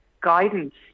guidance